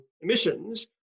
emissions